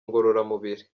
ngororamubiri